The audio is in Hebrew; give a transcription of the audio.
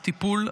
הטיפול,